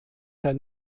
herr